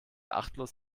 achtlos